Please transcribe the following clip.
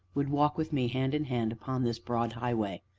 would walk with me, hand in hand, upon this broad highway,